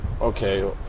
okay